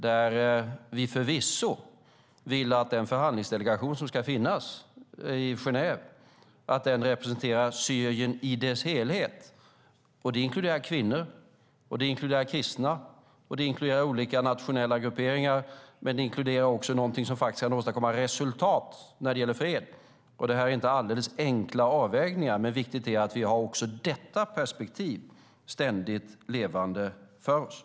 Vi vill förvisso att den förhandlingsdelegation som ska finnas i Genève representerar Syrien i dess helhet. Det inkluderar kvinnor, kristna och olika nationella grupperingar. Men det inkluderar också någonting som faktiskt kan åstadkomma resultat när det gäller fred. Detta är inte alldeles enkla avvägningar. Men det är viktigt att vi också har detta perspektiv ständigt levande för oss.